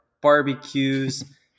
barbecues